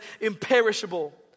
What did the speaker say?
imperishable